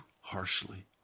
harshly